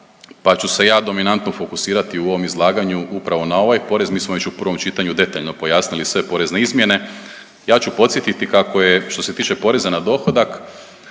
pa ću se ja dominantno fokusirati u ovom izlaganju upravo na ovaj porez. Mi smo već u prvom čitanju detaljno pojasnili sve porezne izmjene. Ja ću podsjetiti kako je što se tiče poreza na dohodak